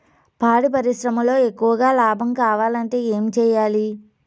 పాడి పరిశ్రమలో ఎక్కువగా లాభం కావాలంటే ఏం చేయాలి?